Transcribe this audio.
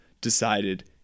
decided